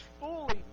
fully